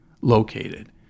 located